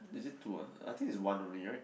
is it two ah I think it's one only [right]